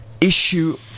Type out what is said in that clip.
issue